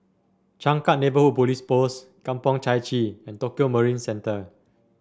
Changkat Neighbourhood Police Post Kampong Chai Chee and Tokio Marine Centre